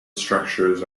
structures